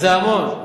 זהו, זה המון.